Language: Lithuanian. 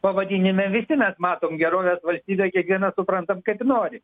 pavadinime visi mes matom gerovės valstybė kiekvienas suprantam kaip norim